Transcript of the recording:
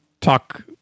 talk